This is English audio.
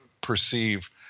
perceive